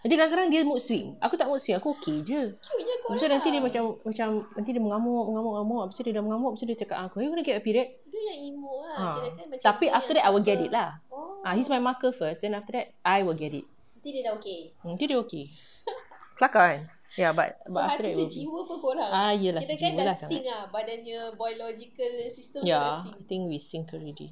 nanti kadang-kadang dia mood swing aku tak mood swing aku okay jer lepas tu nanti dia macam nanti dia mengamuk mengamuk mengamuk lepas tu dia dah mengamuk nanti dia cakap dengan aku are you going to get your period ah tapi after that I'll get it lah he's my marker first then after that I will get it nanti dia okay kelakar kan ya but but after that will be ah ye sejiwa lah sangat ya I think we sync already